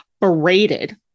berated